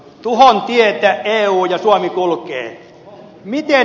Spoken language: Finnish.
tuhon tietä eu ja suomi kulkevat